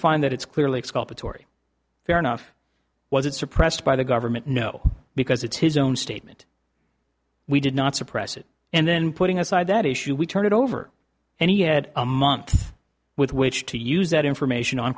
find that it's clearly exculpatory fair enough wasn't suppressed by the government no because it's his own statement we did not suppress it and then putting aside that issue we turn it over and he had a month with which to use that information on